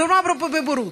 מדובר פה בבורות.